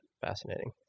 Fascinating